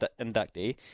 inductee